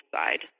side